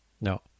No